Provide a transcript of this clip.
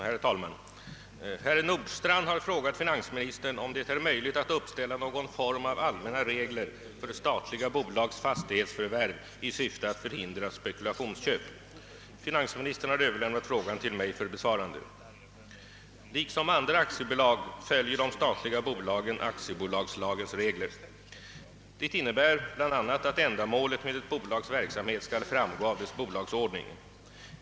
Herr talman! Herr Nordstrandh har frågat finansministern, om det är möjligt att uppställa någon form av allmänna regler för statliga bolags fastighetsförvärv i syfte att förhindra spekulationsköp. Finansministern har överlämnat frågan till mig för besvarande. Liksom andra aktiebolag följer de statliga bolagen aktiebolagens regler. Det innebär bl.a. att ändamålet med ett bolags verksamhet skall framgå av dess bolagsordning.